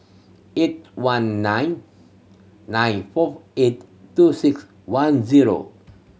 eight one nine nine four eight two six one zero